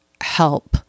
help